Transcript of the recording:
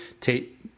Tate